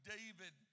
David